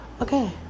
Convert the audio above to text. okay